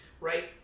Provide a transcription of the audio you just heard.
right